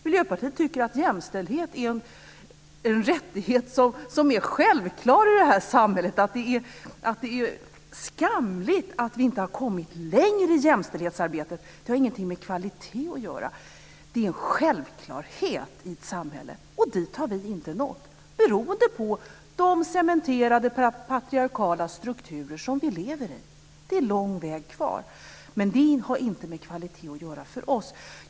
Miljöpartiet tycker att jämställdhet är en rättighet som är självklar i det här samhället och att det är skamligt att vi inte har kommit längre i jämställdhetsarbetet. Det har ingenting med kvalitet att göra. Det är en självklarhet i ett samhälle. Dit har vi inte nått beroende på de cementerade patriarkala strukturer som vi lever i. Det är lång väg kvar. Men det har inte med kvalitet att göra för oss.